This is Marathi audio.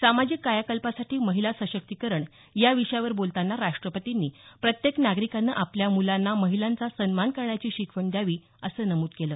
सामाजिक कायाकल्पासाठी महिला सशक्तीकरण या विषयावर बोलताना राष्ट्रपतींनी प्रत्येक नागरिकाने आपल्या मुलांना महिलांचा सन्मान करण्याची शिकवण द्यावी असं नमूद केलं